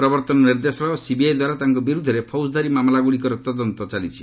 ପ୍ରବର୍ଭନ ନିର୍ଦ୍ଦେଶାଳୟ ଓ ସିବିଆଇ ଦ୍ୱାରା ତାଙ୍କ ବିରୁଦ୍ଧରେ ଫୌଜଦାରୀ ମାମଲାଗୁଡ଼ିକର ତଦନ୍ତ କରୁଛନ୍ତି